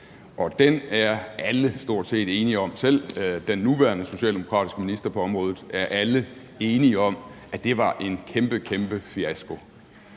og den er stort set alle enige om, selv den nuværende socialdemokratiske minister på området, var en kæmpe, kæmpe fiasko.